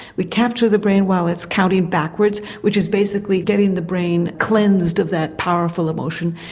we capture the brain while it's counting backwards which is basically getting the brain cleansed of that powerful emotion,